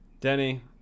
Denny